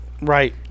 right